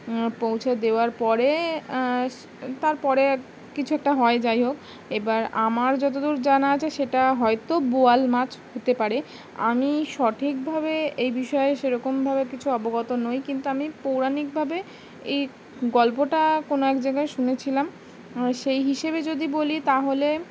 পৌঁছে দেওয়ার পরে তারপরে কিছু একটা হয় যাই হোক এবার আমার যত দূর জানা আছে সেটা হয়তো বোয়াল মাছ হতে পারে আমি সঠিকভাবে এই বিষয়ে সেরকমভাবে কিছু অবগত নই কিন্তু আমি পৌরাণিকভাবে এই গল্পটা কোনো এক জায়গায় শুনেছিলাম সেই হিসেবে যদি বলি তাহলে